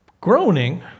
groaning